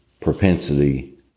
propensity